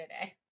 today